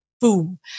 Boom